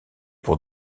pour